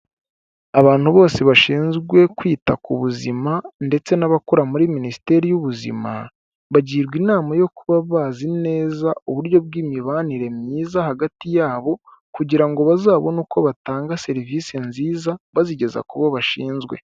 Abantu bose bashinzwe kwita ku buzima ndetse n'abakora muri Minisiteri y'ubuzima, bagirwa inama yo kuba bazi neza uburyo bw'imibanire myiza hagati yabo, kugira ngo bazabone uko batanga serivise nziza bazigeza ku bo bashinzwe.